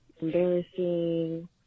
embarrassing